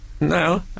No